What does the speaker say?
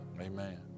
Amen